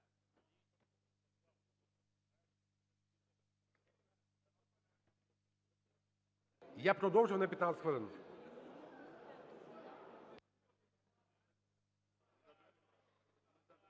Я продовжив на 15 хвилин.